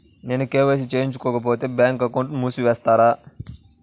నేను కే.వై.సి చేయించుకోకపోతే బ్యాంక్ అకౌంట్ను మూసివేస్తారా?